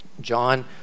John